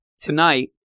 tonight